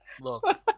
Look